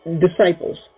disciples